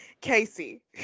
Casey